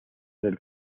del